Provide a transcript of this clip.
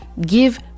give